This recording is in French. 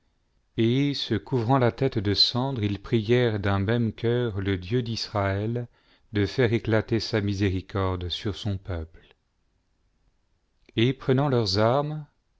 et se couvrant la tête de cendre ils prièrent d'un même cœur le dieu d'israël de faire éclater sa miséricorde sur son peuple et prenant leurs armes